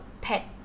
pet